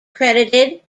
credited